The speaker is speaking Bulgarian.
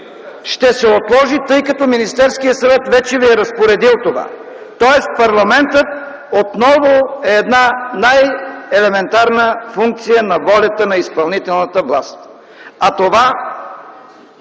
ще се отложи, тъй като Министерският съвет вече ви е разпоредил това. Тоест парламентът отново е една най-елементарна функция на волята на изпълнителната власт, а това